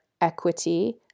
equity